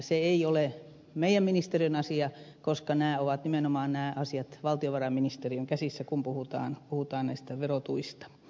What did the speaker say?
se ei ole meidän ministeriömme asia koska nämä asiat ovat nimenomaan valtiovarainministeriön käsissä kun puhutaan verotuista